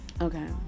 Okay